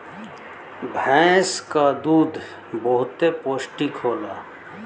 भैंस क दूध बहुते पौष्टिक होला